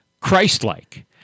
Christ-like